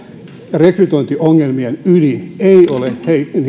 rekrytointiongelmien ydin ei ole